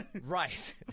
right